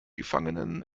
gefangenen